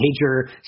major